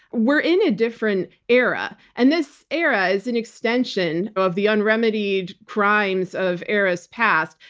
we're in a different era. and this era is an extension of the unremedied crimes of eras past,